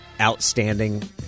outstanding